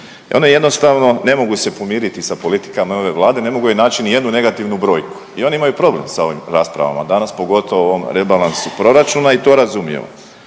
I one jednostavno ne mogu se pomiriti sa politikama i ove Vlade, ne mogu još naći ni jednu negativnu brojku i one imaju problem sa ovim raspravama danas pogotovo o ovom rebalansu proračuna i to razumijemo.